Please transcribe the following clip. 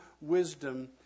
wisdom